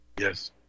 Yes